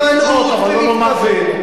אבל אם ההימנעות היא במתכוון,